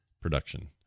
production